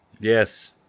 Yes